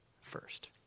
first